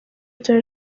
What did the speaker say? bya